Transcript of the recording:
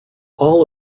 all